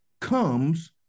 comes